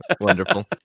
Wonderful